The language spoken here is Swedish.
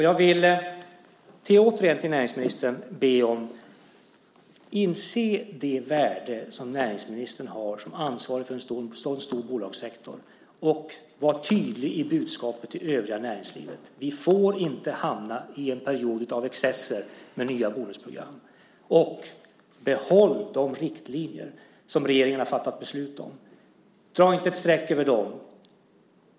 Jag vill återigen be näringsministern att hon ska inse det värde som näringsministern har som ansvarig för en så stor bolagssektor. Hon ska vara tydlig i budskapet till övriga näringslivet. Vi får inte hamna i en period av excesser med nya bonusprogram. Behåll de riktlinjer som regeringen har fattat beslut om. Dra inte ett streck över dem.